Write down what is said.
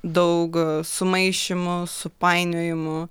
daug sumaišymų supainiojimų